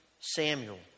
Samuel